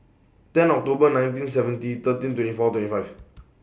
ten October nineteen seventy thirteen twenty four twenty five